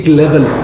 level